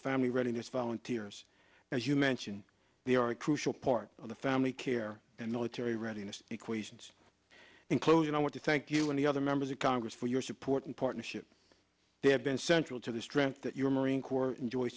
family readiness volunteers as you mentioned the are a crucial part of the family care and military readiness equations in close and i want to thank you and the other members of congress for your support and partnership they have been central to the strength that your marine corps enjoy